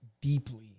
deeply